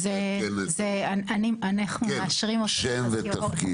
אנחנו מחזקים את מה שרועי אמר.